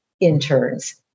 interns